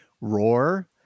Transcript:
Roar